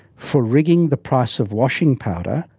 for rigging the price of washing powder,